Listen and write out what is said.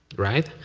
right,